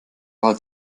wahl